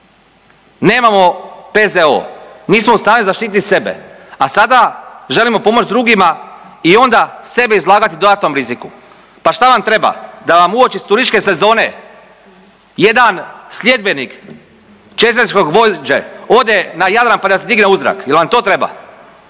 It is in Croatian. Nemamo PZO, nismo u stanju zaštiti sebe, a sada želimo pomoći drugima i onda sebe izlagati dodatnom riziku. Pa šta vam treba, da vam uoči turističke sezone jedan sljedbenik čečenskog vođe ode na Jadran pa da se digne u zrak. Jel vam to treba?